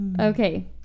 Okay